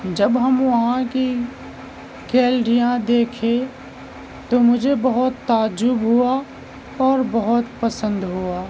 جب ہم وہاں کی گیلریاں دیکھے تو مجھے بہت تعجب ہوا اور بہت پسند ہوا